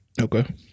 Okay